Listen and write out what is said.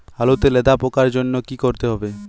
আলুতে লেদা পোকার জন্য কি করতে হবে?